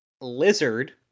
Lizard